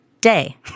day